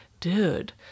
dude